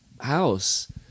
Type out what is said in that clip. house